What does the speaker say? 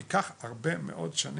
זה ייקח הרבה מאוד שנים.